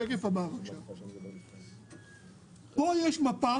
כאן יש מפה